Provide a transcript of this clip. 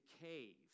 cave